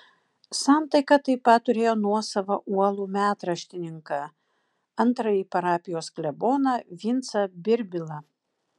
santaika taip pat turėjo nuosavą uolų metraštininką antrąjį parapijos kleboną vincą birbilą